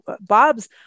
Bob's